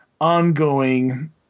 ongoing